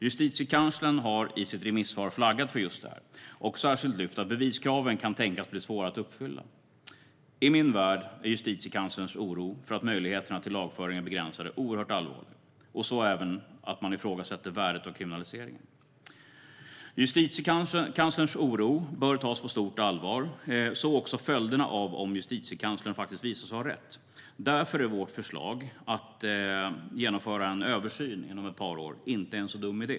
Justitiekanslern har i sitt remissvar flaggat för just detta och särskilt pekat på att beviskraven kan tänkas bli svåra att uppfylla. I min värld är Justitiekanslerns oro för att möjligheterna till lagföring är begränsade oerhört allvarlig och så även att man ifrågasätter värdet av kriminaliseringen. Justitiekanslerns oro bör tas på stort allvar, liksom följderna av om Justitiekanslern visar sig ha rätt. Därför är vårt förslag om att genomföra en översyn inom ett par år inte en så dum idé.